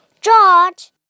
George